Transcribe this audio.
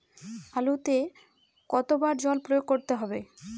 আলুতে কতো বার জল প্রয়োগ করতে হবে?